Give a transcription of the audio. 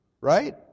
Right